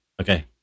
okay